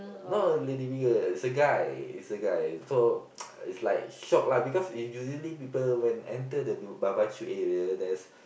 not lady figure it's a guy it's a guy so it's like shock lah because usually when people enter the b~ barbecue area there's